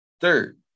Third